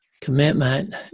commitment